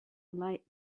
light